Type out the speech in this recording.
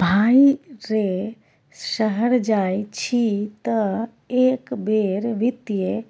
भाय रे शहर जाय छी तँ एक बेर वित्तीय